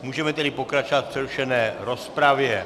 Můžeme tedy pokračovat v přerušené rozpravě.